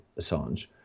Assange